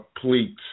complete